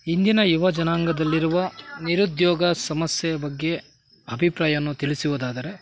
ಇಂದಿನ ಯುವ ಜನಾಂಗದಲ್ಲಿರುವ ನಿರುದ್ಯೋಗ ಸಮಸ್ಯೆಯ ಬಗ್ಗೆ ಅಭಿಪ್ರಾಯವನ್ನು ತಿಳಿಸುವುದಾದರೆ